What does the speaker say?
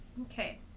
Okay